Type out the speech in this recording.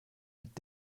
mit